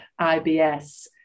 IBS